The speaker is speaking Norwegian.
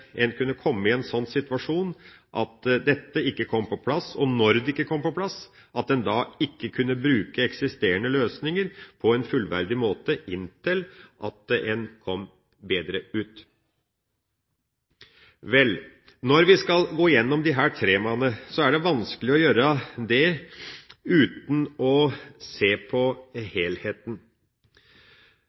en kunne komme i en sånn situasjon at dette ikke kom på plass, og når det ikke kom på plass, at en da ikke kunne bruke eksisterende løsninger på en fullverdig måte inntil en kom bedre ut. Når vi skal gå gjennom disse temaene, er det vanskelig å gjøre det uten å se på helheten.